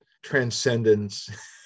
transcendence